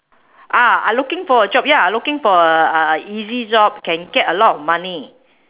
ah I looking for a job ya I looking for a a easy job can get a lot of money